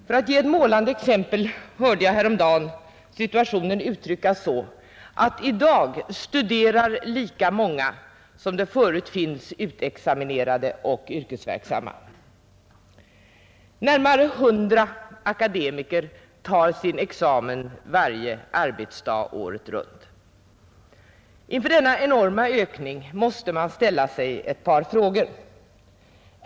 För att ge ett målande exempel kan jag nämna att jag häromdagen hörde situationen uttryckas så, att i dag studerar vid universitet och högskolor lika många som det förut finns utexaminerade och yrkesverksamma akademiker. Närmare 100 akademiker tar sin examen varje arbetsdag året runt. Inför denna enorma ökning måste man ställa sig ett par frågor.